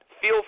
Feel